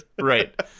right